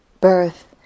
birth